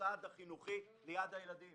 מוסד החינוך ליד הילדים